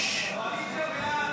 תודה רבה.